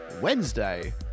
Wednesday